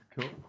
cool